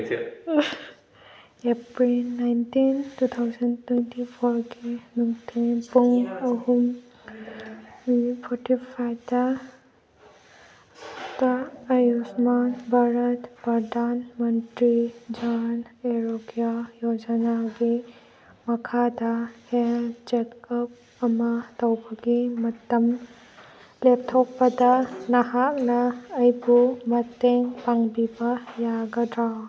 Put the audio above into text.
April nineteen two thousand twenty ꯐꯣꯔꯒꯤ ꯅꯨꯡꯊꯤꯜ ꯄꯨꯡ ꯑꯍꯨꯝ ꯃꯤꯅꯤꯠ ꯐꯣꯔꯇꯤ ꯐꯥꯏꯕꯇ ꯑꯌꯨꯁꯃꯥꯟ ꯚꯥꯔꯠ ꯄ꯭ꯔꯥꯙꯥꯟ ꯃꯟꯇ꯭ꯔꯤ ꯖꯟ ꯑꯔꯣꯒ꯭ꯌꯥ ꯌꯣꯖꯅꯥꯒꯤ ꯃꯈꯥꯗ ꯍꯦꯜ ꯆꯦꯛ ꯑꯞ ꯑꯃ ꯇꯧꯕꯒꯤ ꯃꯇꯝ ꯂꯦꯞꯊꯣꯛꯄꯗ ꯅꯍꯥꯛꯅ ꯑꯩꯕꯨ ꯃꯇꯦꯡ ꯄꯥꯡꯕꯤꯕ ꯌꯥꯒꯗ꯭ꯔꯥ